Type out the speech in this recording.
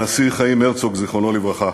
הנשיא חיים הרצוג, זיכרונו לברכה.